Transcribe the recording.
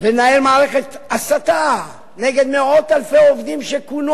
ולנהל מערכת הסתה נגד מאות אלפי עובדים שכונו